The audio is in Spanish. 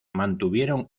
mantuvieron